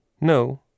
No